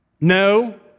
No